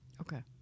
Okay